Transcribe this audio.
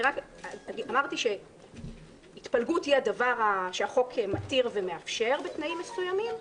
אמרתי שהתפלגות היא הדבר שהחוק מתיר ומאפשר בתנאים מסוימים.